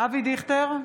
אבי דיכטר,